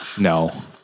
No